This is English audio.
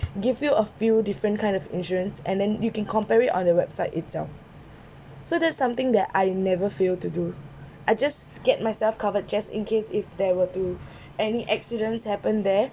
give you a few different kind of insurance and then you can compare it on the website itself so that's something that I never fail to do I just get myself covered just in case if there were to any accidents happen there